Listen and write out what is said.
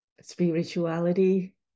spirituality